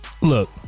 Look